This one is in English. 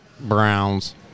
Browns